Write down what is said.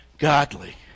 godly